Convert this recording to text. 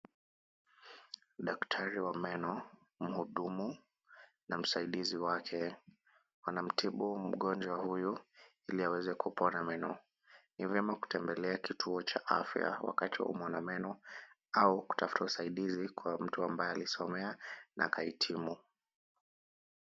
Daktari wa meno, mhudumu na msaidizi wake wanamtibu mgonjwa huyu ili aweze kupona meno. Ni vyema kutembelea kituo cha afya wakati waumwa na meno au kutafuta usaidizi kwa mtu ambaye alisomea na akahitimu.